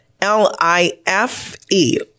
L-I-F-E